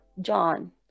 John